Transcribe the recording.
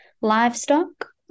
livestock